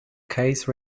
case